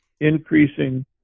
increasing